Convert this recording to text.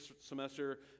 semester